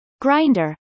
Grinder